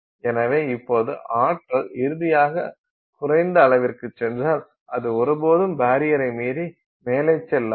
எனவே இப்போது ஆற்றல் இறுதியாக குறைந்த அளவிற்கு சென்றால் அது ஒருபோதும் பரியரை மீறி மேலே செல்லாது